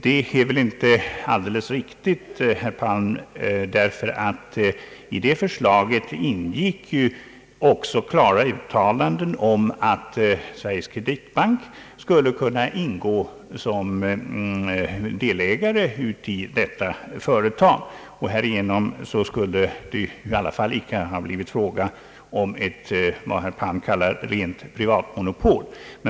Det är väl inte alldeles riktigt, herr Palm, därför att i det förslaget ingick också klara uttalanden om att Sveriges kreditbank skulle kunna ingå som delägare i detta företag. Härigenom skulle det i alla fall icke blivit fråga om vad herr Palm kallar ett rent privatmonopol.